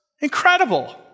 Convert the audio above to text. Incredible